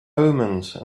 omens